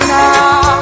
now